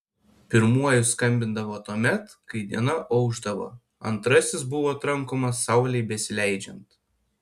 pirmuoju skambindavo tuomet kai diena aušdavo antrasis buvo trankomas saulei besileidžiant